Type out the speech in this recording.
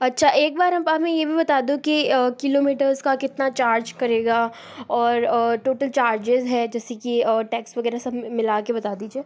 अच्छा एक बार हमें ये भी बता दो की किलोमीटर्स का कितना चार्ज करेगा और टोटल चार्जेस हैं जैसे की टैक्स वगैरह सब मिलाके बता दीजिए